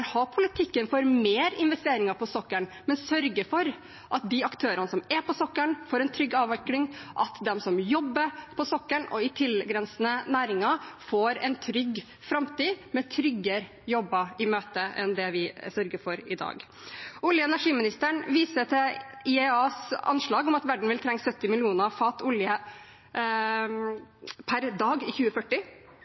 ha en politikk for mer investeringer på sokkelen, men å sørge for at de aktørene som er på sokkelen, får en trygg avvikling, og at de som jobber på sokkelen og i tilgrensende næringer, går en trygg framtid med tryggere jobber enn dem vi sørger for i dag, i møte. Olje- og energiministeren viser til IEAs anslag om at verden vil trenge 70 millioner fat olje